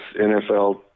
NFL